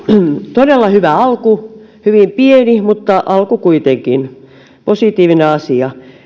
todella hyvä alku hyvin pieni mutta alku kuitenkin positiivinen asia